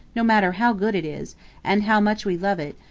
no matter how good it is and how much we love it,